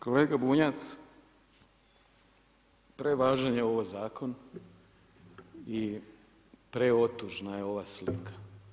Kolega Bunjac, prevažan je ovo zakon i pretužna je ova slika.